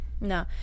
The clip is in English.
No